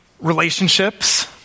relationships